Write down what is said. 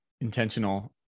intentional